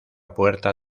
puerta